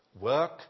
work